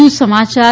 વધુ સમાચાર